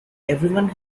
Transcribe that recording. everyone